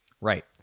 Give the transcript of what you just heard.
Right